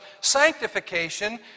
Sanctification